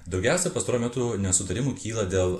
daugiausia pastaruoju metu nesutarimų kyla dėl